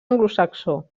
anglosaxó